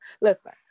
listen